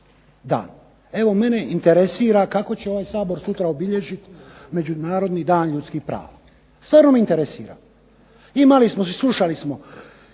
dan. Evo mene interesira kako će ovaj Sabor sutra obilježiti međunarodni dan ljudskih prava. Stvarno me interesira. Imali smo, slušali smo